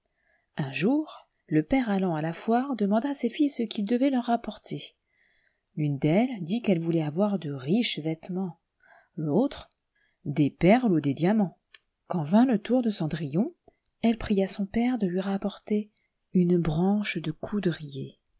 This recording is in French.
un jour le père allant à la foire demanda à ses filles ce qu'il devait leur rapporter l'une d'elles dit qu'elle voulait avoir de riches vêtements l'autre des perles ou des diamants quand vint le tour de cendrillon elle pria son père de lui rapporter une branche de coudrier